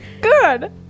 good